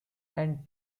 and